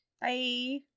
bye